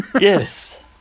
Yes